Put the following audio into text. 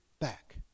back